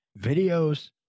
videos